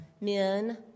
men